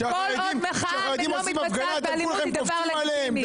כשהחרדים עושים הפגנה כולכם קופצים עליהם.